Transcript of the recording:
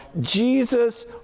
Jesus